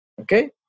okay